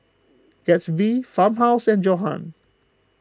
Gatsby Farmhouse and Johan